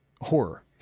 horror